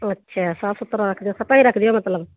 ਅੱਛਾ ਸਾਫ਼ ਸੁਥਰਾ ਰੱਖਦੇ ਸਫ਼ਾਈ ਰੱਖਦੇ ਹੋ ਮਤਲਬ